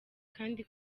kandi